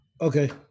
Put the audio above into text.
Okay